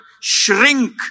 shrink